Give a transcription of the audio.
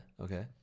okay